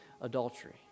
adultery